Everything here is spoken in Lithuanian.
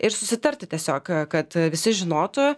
ir susitarti tiesiog kad visi žinotų